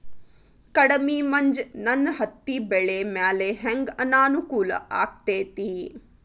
ಕಡಮಿ ಮಂಜ್ ನನ್ ಹತ್ತಿಬೆಳಿ ಮ್ಯಾಲೆ ಹೆಂಗ್ ಅನಾನುಕೂಲ ಆಗ್ತೆತಿ?